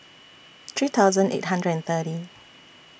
three thousand eight hundred and thirty